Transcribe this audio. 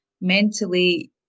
Mentally